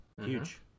Huge